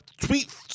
tweet